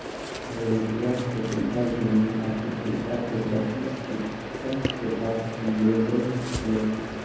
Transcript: रोहितवा के पिताजी ने अपन कुत्ता के पशु चिकित्सक के पास लेगय लय